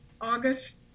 August